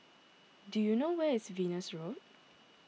do you know where is Venus Road